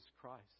Christ